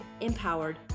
Empowered